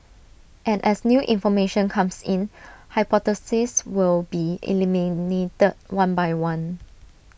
and as new information comes in hypotheses will be eliminated one by one